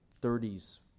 30s